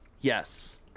Yes